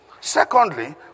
Secondly